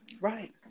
right